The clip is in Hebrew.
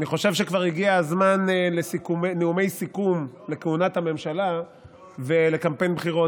אני חושב שכבר הגיע הזמן לנאומי סיכום לכהונת הממשלה ולקמפיין בחירות.